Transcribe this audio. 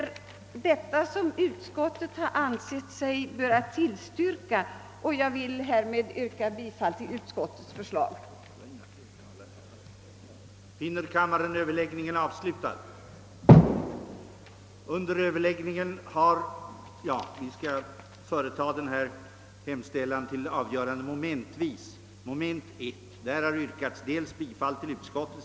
Detta har utskottet ansett sig böra tillstyrka och jag vill härmed yrka bifall till utskottets förslag. om att utvidga och förbättra samarbetet mellan polisnämnderna och respektive polischefer;